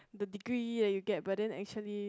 the degree that you get but then actually